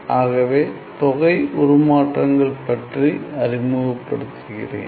ஆகவே தொகை உருமாற்றங்கள் பற்றி அறிமுகப்படுத்துகிறேன்